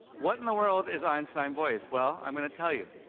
what in the world is einstein voice? well, i'm gonna tell you,